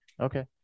okay